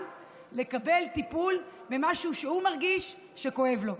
לא לקבל טיפול במשהו שהוא מרגיש שכואב לו.